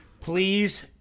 Please